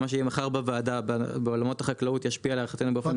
מה שיהיה מחר בוועדה בעולמות החקלאות ישפיע להערכתנו באופן מיידי.